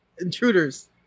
Intruders